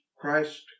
Christ